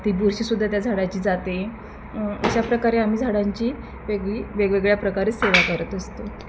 ती बुरशीसुद्धा त्या झाडाची जाते अशाप्रकारे आम्ही झाडांची वेगळी वेगवेगळ्या प्रकारे सेवा करत असतो